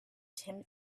tim